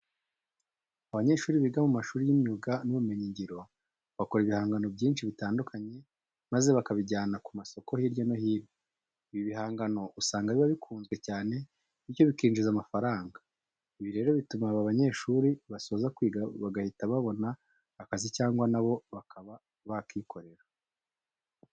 Abanyeshuri biga mu mashuri y'imyuga n'ubumenyungiro bakora ibihangano byinshi bitandukanye maze bakabijyana ku masoko hirya no hino. Ibi bihangano usanga biba bikunzwe cyane bityo bikinjiza amafaranga. Ibi rero bituma aba banyeshuri basoza kwiga bagahita babona akazi cyangwa na bo bakaba bakikorera.